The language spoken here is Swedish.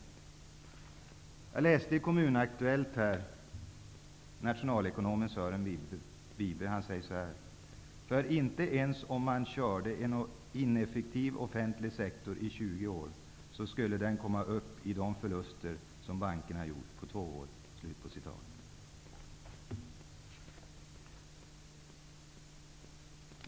Jag läste i Kommunaktuellt ett uttalande av nationalekonomen Sören Wibe. Han säger så här: ''För inte ens om man körde en ineffektiv offentlig sektor i 20 år, så skulle den komma upp i de förluster som bankerna gjorde på två år.''